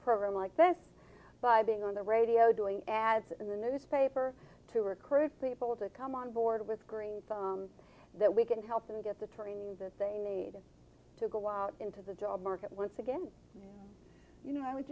program like this by being on the radio doing ads in the newspaper to recruit people to come on board with green thumbs that we can help them get the training that they need to go out into the job market once again you know i was